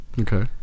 Okay